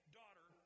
daughter